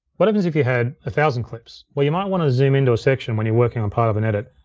what happens if you had a thousand clips? well you might wanna zoom into a section when you're working on part of an edit.